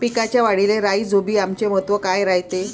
पिकाच्या वाढीले राईझोबीआमचे महत्व काय रायते?